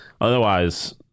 Otherwise